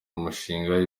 imishinga